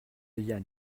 yann